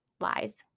lies